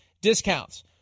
discounts